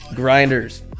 grinders